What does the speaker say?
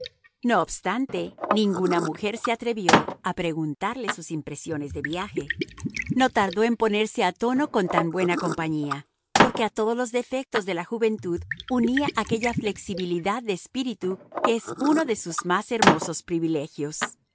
no obstante ninguna mujer se atrevió a preguntarle sus impresiones de viaje no tardó en ponerse a tono con tan buena compañía porque a todos los defectos de la juventud unía aquella flexibilidad de espíritu que es uno de sus más hermosos privilegios